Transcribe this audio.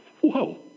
whoa